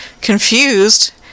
confused